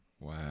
wow